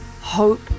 Hope